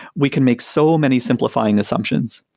we can make so many simplifying assumptions.